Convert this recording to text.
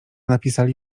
napisali